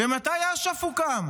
ומתי אש"ף הוקם?